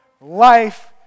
life